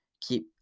Keep